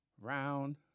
Round